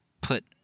put